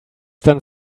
done